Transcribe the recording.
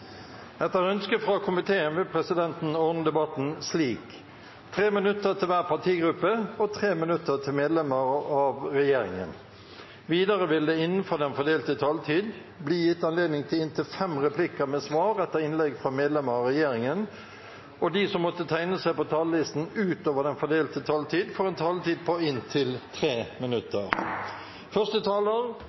Etter ønske fra kommunal- og forvaltningskomiteen vil presidenten ordne debatten slik: 3 minutter til hver partigruppe og 3 minutter til medlemmer av regjeringen. Videre vil det – innenfor den fordelte taletid – bli gitt anledning til inntil fem replikker med svar etter innlegg fra medlemmer av regjeringen, og de som måtte tegne seg på talerlisten utover den fordelte taletid, får også en taletid på inntil 3 minutter.